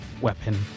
weapon